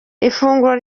ifunguro